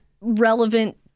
relevant